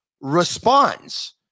responds